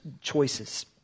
choices